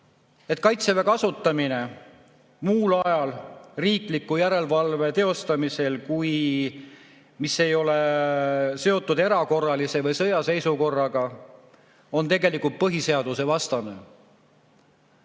Kaitseväe kasutamine muul ajal riikliku järelevalve teostamisel, mis ei ole seotud erakorralise või sõjaseisukorraga, on tegelikult põhiseadusvastane.